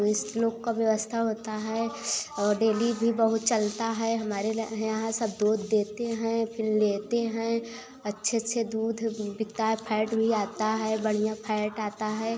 विस लोक का व्यवस्था होता है और डेली भी बहुत चलता है हमारे यहाँ सब दूध देते हैं फिर लेते हैं अच्छे से दूध बिकता है फैट भी आता है बढ़िया फैट आता है